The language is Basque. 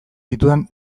ditudan